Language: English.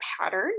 pattern